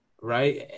right